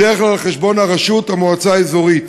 בדרך כלל על חשבון הרשות, המועצה האזורית.